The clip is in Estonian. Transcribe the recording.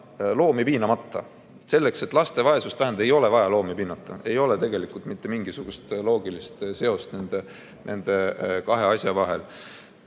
loomi piinamata. Selleks, et laste vaesust vähendada, ei ole vaja loomi piinata. Tegelikult ei ole mitte mingisugust loogilist seost nende kahe asja vahel. Aga